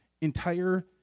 entire